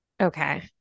Okay